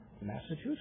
Massachusetts